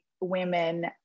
women